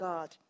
God